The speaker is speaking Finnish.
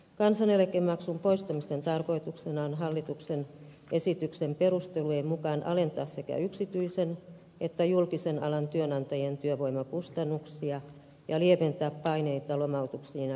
kansaneläkemaksun poistamisen tarkoituksena on hallituksen esityksen perustelujen mukaan alentaa sekä yksityisen että julkisen alan työnantajien työvoimakustannuksia ja lieventää paineita lomautuksiin ja irtisanomisiin